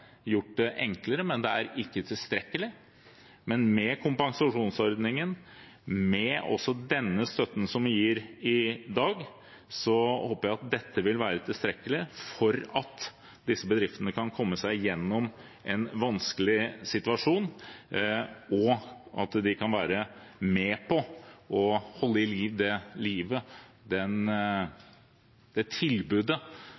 gjort det enklere, men det er ikke tilstrekkelig. Men med kompensasjonsordningen og også med den støtten som vi gir i dag, håper jeg at dette vil være tilstrekkelig for at disse bedriftene kan komme seg gjennom en vanskelig situasjon, og at de kan være med på å holde i live det